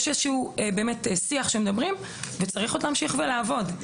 יש איזשהו שיח שמדברים וצריך עוד להמשיך ולעבוד,